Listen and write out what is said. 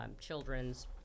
children's